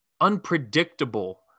unpredictable